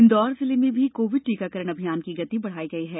इंदौर जिले में भी कोविड टीकाकरण अभियान की गति बढ़ायी गयी है